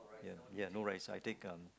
ya ya no rice I take um